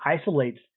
isolates